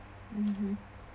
mmhmm